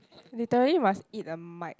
literally must eat the mic